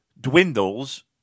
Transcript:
dwindles